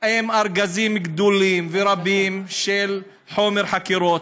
עם ארגזים גדולים ורבים של חומר חקירות,